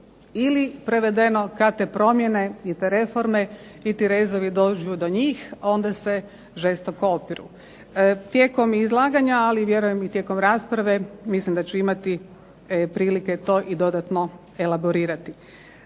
Ili prevedeno, kad te promjene i te reforme i ti rezovi dođu do njih onda se žestoko opiru. Tijekom izlaganja, ali vjerujem i tijekom rasprave mislim da ću imati prilike to i dodatno elaborirati.